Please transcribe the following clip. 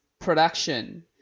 production